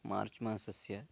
मार्च् मासस्य